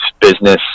business